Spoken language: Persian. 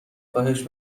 خواهش